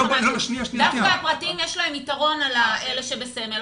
דווקא בפרטיים יש להם יתרון על אלה שבסמל.